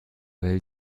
will